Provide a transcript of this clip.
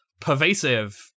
pervasive